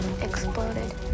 exploded